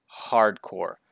hardcore